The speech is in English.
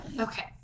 Okay